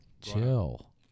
Chill